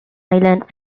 island